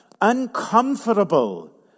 uncomfortable